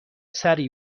سریع